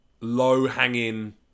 low-hanging